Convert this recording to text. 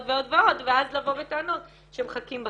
ועוד ואז לבוא בטענות שמחכים בתור.